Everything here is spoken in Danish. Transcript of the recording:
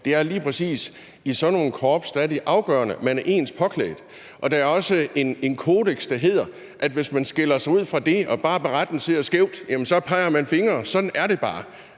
Det er lige præcis i sådan nogle korps, det er afgørende, at man er ens påklædt, og der er også en kodeks, der hedder, at hvis man skiller sig ud fra det og bare baretten sidder skævt, peger man fingre. Sådan er det bare